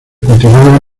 cultivada